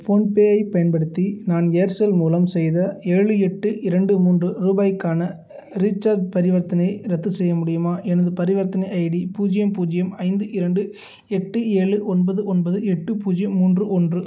phone பேயைப் பயன்படுத்தி நான் ஏர்செல் மூலம் செய்த ஏழு எட்டு இரண்டு மூன்று ரூபாய்க்கான ரீசார்ஜ் பரிவர்த்தனை ரத்து செய்ய முடியுமா எனது பரிவர்த்தனை ஐடி பூஜ்ஜியம் பூஜ்ஜியம் ஐந்து இரண்டு எட்டு ஏழு ஒன்பது ஒன்பது எட்டு பூஜ்ஜியம் மூன்று ஒன்று